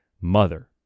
mother